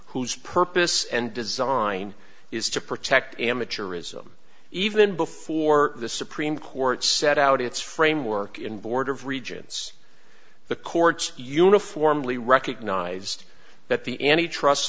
whose purpose and design is to protect amateurism even before the supreme court set out its framework and board of regents the courts uniformly recognized that the anti trust